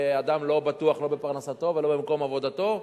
ואדם לא בטוח לא בפרנסתו ולא במקום עבודתו.